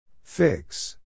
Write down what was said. Fix